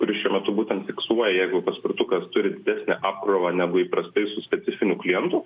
kuri šiuo metu būtent fiksuoja jeigu paspirtukas turi didesnę apkrovą negu įprastai su specifiniu klientu